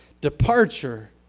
departure